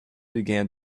began